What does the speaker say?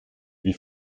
wie